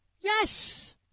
Yes